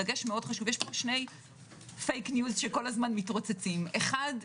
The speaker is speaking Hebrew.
יש פה שני פייק ניוז שכל הזמן מתרוצצים: אחד,